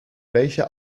welcher